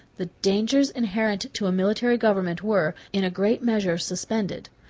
the dangers inherent to a military government were, in a great measure, suspended.